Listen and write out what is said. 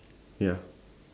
ya